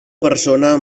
persona